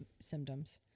symptoms